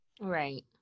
Right